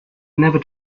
never